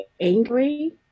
angry